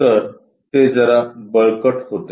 तर ते जरा बळकट होते